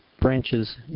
branches